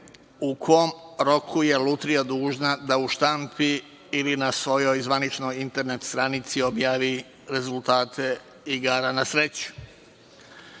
u kom roku je lutrija dužna da u štampi ili na svojoj zvaničnoj internet stranici objavi rezultate igara na sreću. Zakon